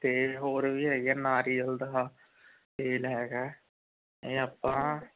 ਅਤੇ ਹੋਰ ਵੀ ਹੈਗੇ ਆ ਨਾਰੀਅਲ ਦਾ ਤੇਲ ਹੈਗਾ ਇਹ ਆਪਾਂ